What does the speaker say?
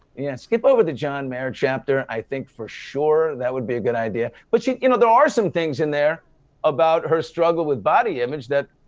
yeah skip over the john mayer chapter. i think, for sure, that would be a good idea. but you know there are some things in there about her struggle with body image that,